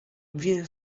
viene